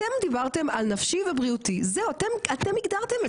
אתם דיברתם על נפשי ובריאותי ,זה אתם הגדרתם את זה.